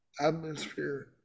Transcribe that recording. atmosphere